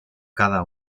cada